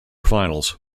finals